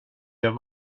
jag